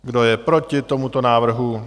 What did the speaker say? Kdo je proti tomuto návrhu?